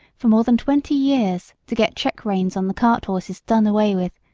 for more than twenty years to get check-reins on the cart-horses done away with,